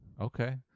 okay